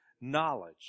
knowledge